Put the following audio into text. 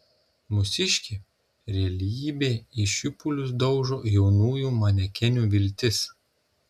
mūsiškė realybė į šipulius daužo jaunųjų manekenių viltis